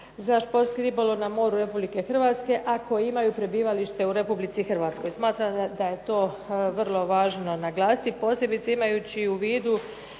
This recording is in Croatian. za športski ribolov na moru Republike Hrvatske, a koji imaju prebivalište u Republici Hrvatskoj. Smatram da je to vrlo važno naglasiti, posebice imajući u vidu